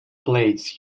plates